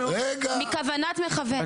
בכוונת מכוון, ממש.